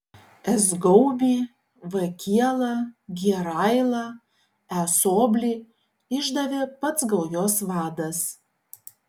s gaubį v kielą g railą e soblį išdavė pats gaujos vadas